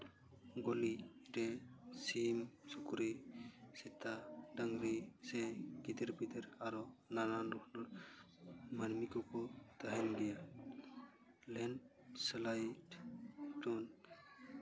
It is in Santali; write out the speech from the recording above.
ᱜᱳᱞᱤ ᱨᱮ ᱥᱤᱢ ᱥᱩᱠᱨᱤ ᱥᱮᱛᱟ ᱰᱟᱝᱨᱤ ᱥᱮ ᱜᱤᱫᱟᱹᱨ ᱯᱤᱫᱟᱹᱨ ᱟᱨᱚ ᱱᱟᱱᱟ ᱦᱩᱱᱟᱹᱨ ᱢᱟᱹᱱᱢᱤ ᱠᱚᱠᱚ ᱛᱟᱦᱮᱱ ᱜᱮᱭᱟ ᱞᱮᱱ ᱥᱮᱞᱟᱭ ᱴᱩᱱ